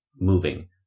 moving